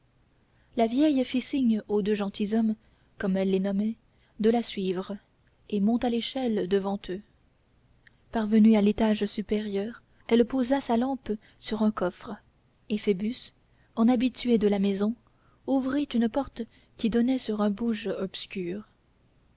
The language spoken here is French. la vieille fit signe aux deux gentilshommes comme elle les nommait de la suivre et monta l'échelle devant eux parvenue à l'étage supérieur elle posa sa lampe sur un coffre et phoebus en habitué de la maison ouvrit une porte qui donnait sur un bouge obscur